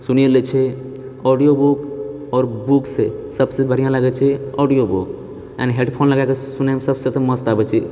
सुनि लै छी ऑडियो बुक आओर बुक से सबसँ बढ़िआँ लागैत छै ऑडियो बुक एंड हैडफ़ोन लगाए कऽ सुनैमे सबसँ मस्त आबै छै